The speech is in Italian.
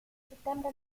settembre